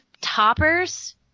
toppers